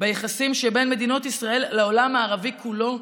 ביחסים שבין מדינת ישראל לעולם הערבי כולו.